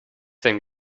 denn